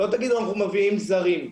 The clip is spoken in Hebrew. לא תגידו, אנחנו מביאים זרים.